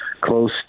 Close